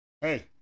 Hey